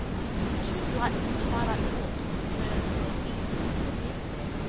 two delightful twilight walks on the third and fourth evenings of her being there,